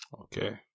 Okay